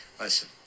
listen